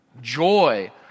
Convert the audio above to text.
joy